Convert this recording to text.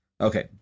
Okay